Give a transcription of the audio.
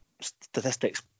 statistics